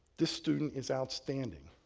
this student is outstanding.